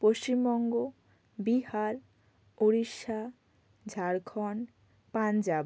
Paschimbanga Bihar Orissa Jharkhand Punjab